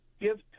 Give